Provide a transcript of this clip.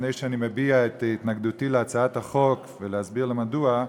לפני שאני מביע את התנגדותי להצעת החוק ומסביר מדוע,